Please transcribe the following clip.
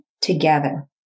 together